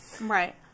right